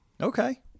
Okay